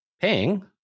paying